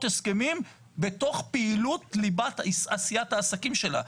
הסכמים בתוך פעילות ליבת עשיית העסקים שלה,